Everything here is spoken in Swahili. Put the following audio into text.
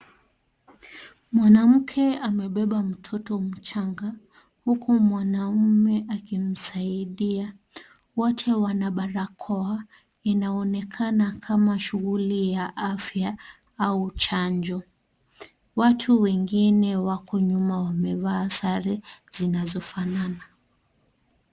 Mwanamke amebeba mtoto mchanga huku mwanamume akimsaidia wote wana barakoa inaonekana kama shughuli ya afya au chanjo watu wengine wako nyuma wamevaa sare zinazofanana.